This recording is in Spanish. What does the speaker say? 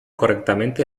correctamente